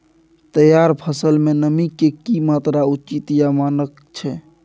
तैयार फसल में नमी के की मात्रा उचित या मानक छै?